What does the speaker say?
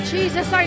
Jesus